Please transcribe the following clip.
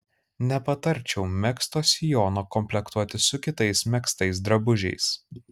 nepatarčiau megzto sijono komplektuoti su kitais megztais drabužiais